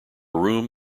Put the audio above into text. room